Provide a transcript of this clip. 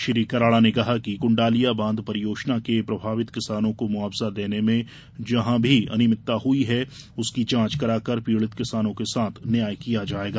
श्री कराड़ा ने कहा कि कुण्डालिया बांध परियोजना के प्रभावित किसानों को मुआवजा देने में जहां भी अनिमितता हुई है उसकी जांच कराकर पीड़ित किसानों के साथ न्याय किया जायेगा